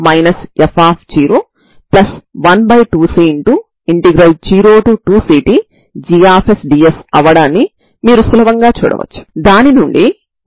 ఒకసారి wx1 ని చూస్తే ఐగెన్ ఫంక్షన్ల యొక్క బిందు లబ్ధాన్ని fg abfxgdx గా నిర్వచిస్తారు